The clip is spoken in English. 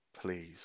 please